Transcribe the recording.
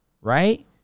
right